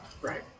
right